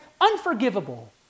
unforgivable